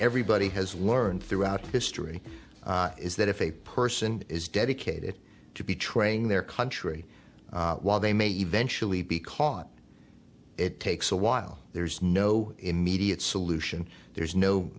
everybody has learned through history is that if a person is dedicated to be training their country while they may eventually be caught it takes a while there's no immediate solution there's no